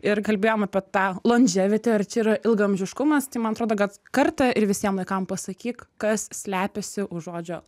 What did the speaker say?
ir kalbėjom apie tą londževity ar čia yra ilgaamžiškumas tai man atrodo kad kartą ir visiem laikam pasakyk kas slepiasi už žodžio